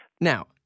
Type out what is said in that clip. Now